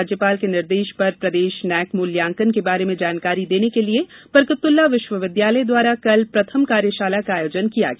राज्यपाल के निर्देश पर प्रदेश नैक मुल्यांकन के बारे में जानकारी देने के लिए बरकतउल्ला विश्वविद्यालय द्वारा कल प्रथम कार्यशाला का आयोजन किया गया